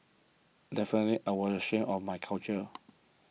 definitely I was ashamed of my culture